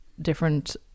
different